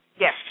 Yes